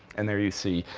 and there you see,